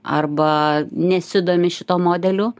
arba nesidomi šituo modeliu